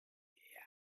brugheas